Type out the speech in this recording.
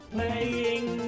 Playing